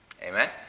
Amen